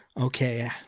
okay